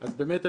בבקשה.